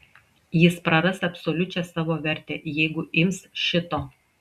jis praras absoliučią savo vertę jeigu ims šito